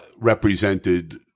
represented